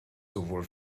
sowohl